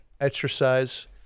exercise